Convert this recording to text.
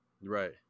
Right